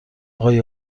اقای